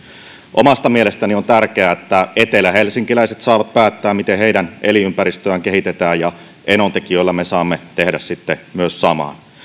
omasta mielestäni on tärkeää että etelähelsinkiläiset saavat päättää miten heidän elin ympäristöään kehitetään ja enontekiöllä me saamme tehdä sitten myös saman